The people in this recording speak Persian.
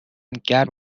گرم